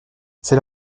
c’est